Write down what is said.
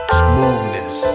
smoothness